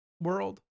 World